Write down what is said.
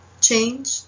change